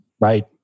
right